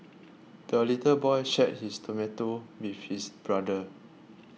the little boy shared his tomato with his brother